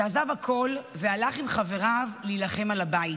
שעזב הכול והלך עם חבריו להילחם על הבית,